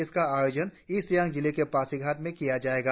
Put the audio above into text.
इसका आयोजन ईस्ट सियांग जिले के पासीघाट में किया जायेगा